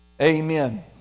Amen